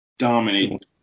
Dominate